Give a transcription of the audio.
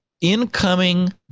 incoming